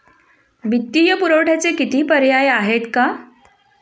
वित्तीय पुरवठ्याचे किती पर्याय आहेत का?